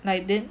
like then